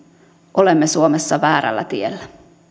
olemme suomessa väärällä tiellä